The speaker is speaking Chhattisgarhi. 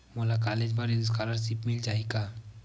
मोला कॉलेज बर स्कालर्शिप मिल जाही का?